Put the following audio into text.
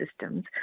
systems